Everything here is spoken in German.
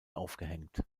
aufgehängt